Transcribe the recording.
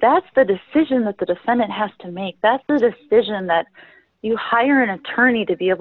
that's the decision that the defendant has to make that's a decision that you hire an attorney to be able